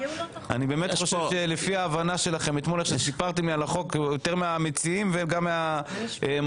אני חושב שאתם מכירים את החוק יותר טוב מהמציעים ומהמצמיד.